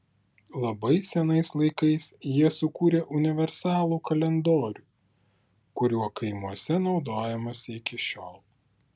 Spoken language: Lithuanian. labai senais laikais jie sukūrė universalų kalendorių kuriuo kaimuose naudojamasi iki šiol